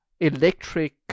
electric